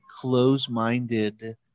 close-minded